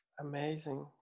Amazing